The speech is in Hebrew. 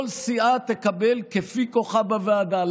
כל סיעה תקבל כפי כוחה בוועדה.